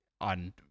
on